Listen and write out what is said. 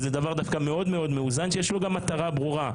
זה דבר דווקא מאוד מאוזן, יש לו מטרה ברורה.